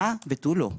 הא ותו לא.